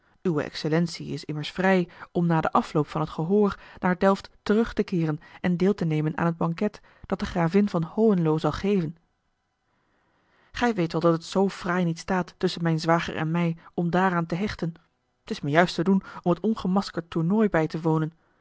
uwe excellentie is immers vrij om na den afloop van het gehoor naar delft terug te keeren en deel te nemen aan het banket dat de gravin van hohenlo zal geven gij weet wel dat het z fraai niet staat tusschen mijn zwager en mij om daaraan te hechten t is me juist te doen om het ongemaskerd tournooi bij te wonen